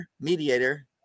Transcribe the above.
Mediator